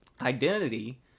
identity